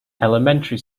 elementary